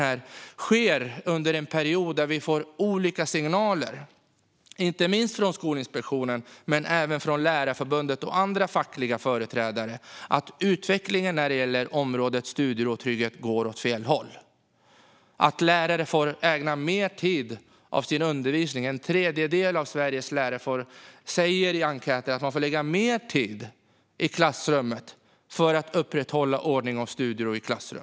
Detta är en period då vi får olika signaler, inte minst från Skolinspektionen men även från Lärarförbundet och andra fackliga företrädare, om att utvecklingen när det gäller området studiero och trygghet går åt fel håll. En tredjedel av Sveriges lärare säger i enkäten att de får lägga mer tid i klassrummet för att upprätthålla ordning och studiero där.